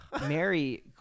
Mary